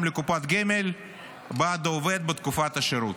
לקופת גמל בעד העובד בתקופת השירות.